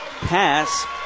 pass